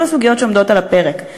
כל הסוגיות שעומדות על הפרק.